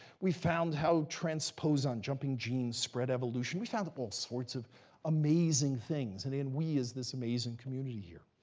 we found how transposons, jumping genes, spread evolution. we found all sorts of amazing things. and again, we is this amazing community here.